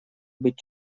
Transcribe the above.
быть